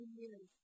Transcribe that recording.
years